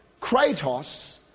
kratos